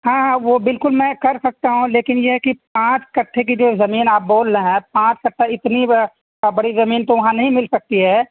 ہاں ہاں وہ بالکل میں کر سکتا ہوں لیکن یہ ہے کہ پانچ کٹھے کی جو زمین آپ بول رہے ہیں پانچ کٹھہ اتنی بڑا بڑی زمین تو وہاں نہیں مل سکتی ہے